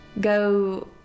go